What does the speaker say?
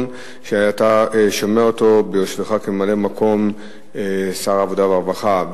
שאתה שומע ביושבך כממלא-מקום שר העבודה והרווחה,